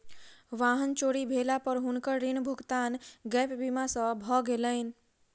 वाहन चोरी भेला पर हुनकर ऋण भुगतान गैप बीमा सॅ भ गेलैन